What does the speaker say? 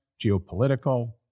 geopolitical